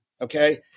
okay